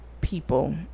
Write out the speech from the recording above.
people